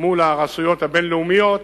מול הרשויות הבין-לאומיות